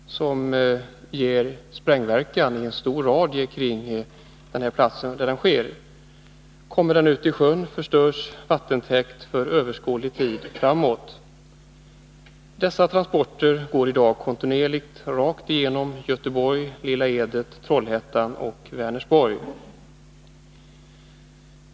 Det blir en sprängverkan inom en stor radie kring den plats där explosionen sker. Kommer kolsvavlan utisjön, förstörs vattentäkt för överskådlig tid framåt. Dessa transporter går i dag kontinuerligt rakt genom Göteborg, Lilla Edet, Trollhättan och Vänersborg.